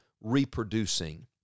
reproducing